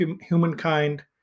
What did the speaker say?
humankind